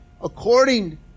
according